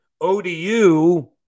ODU